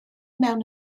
mewn